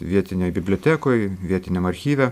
vietinėj bibliotekoj vietiniam archyve